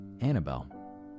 Annabelle